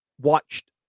watched